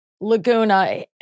Laguna